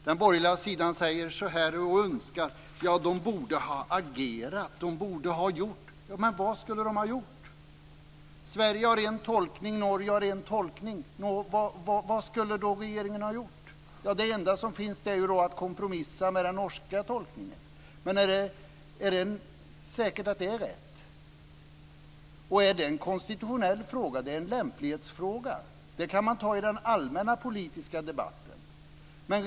Den borgerliga sidan säger och önskar: De borde ha agerat, och de borde ha gjort något! Men vad skulle de ha gjort? Sverige hade en tolkning, och Norge hade en tolkning. Vad skulle då regeringen ha gjort? Det enda som fanns att göra var att kompromissa med den norska tolkningen. Men är det säkert att det hade varit rätt? Är detta en konstitutionell fråga? Det är en lämplighetsfråga. Den kan man ta i den allmänna politiska debatten.